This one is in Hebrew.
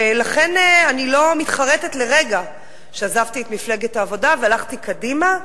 לכן אני לא מתחרטת לרגע שעזבתי את מפלגת העבודה והלכתי קדימה,